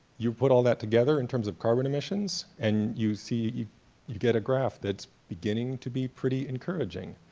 you put all that together in terms of carbon emissions and you see, you you get a graph that's beginning to be pretty encouraging.